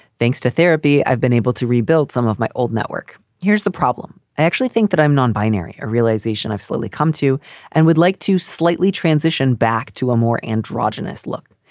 thanks to therapy, i've been able to rebuild some of my old network. here's the problem. i actually think that i'm non-binary a realization i slowly come to and would like to slightly transition back to a more androgynous look.